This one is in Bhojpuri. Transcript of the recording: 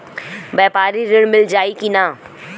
व्यापारी ऋण मिल जाई कि ना?